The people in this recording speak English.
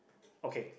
okay